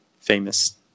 famous